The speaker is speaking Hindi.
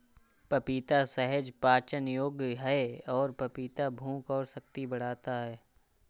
पपीता सहज पाचन योग्य है और पपीता भूख और शक्ति बढ़ाता है